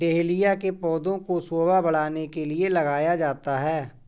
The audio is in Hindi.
डहेलिया के पौधे को शोभा बढ़ाने के लिए लगाया जाता है